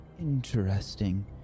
interesting